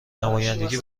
نمایندگی